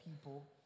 people